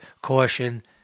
caution